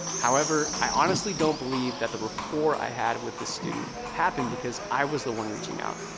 however, i honestly don't believe that the rapport i had with the student happened because i was the one reaching out.